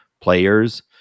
players